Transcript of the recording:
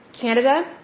Canada